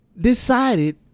Decided